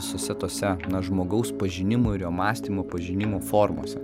susietose žmogaus pažinimo ir jo mąstymo pažinimo formose